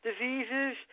diseases